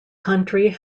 country